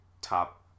top